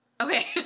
okay